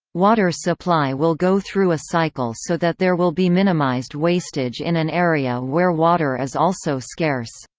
water supply will go through a cycle so that there will be minimized wastage in an area where water is also scarce.